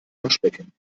waschbecken